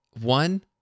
One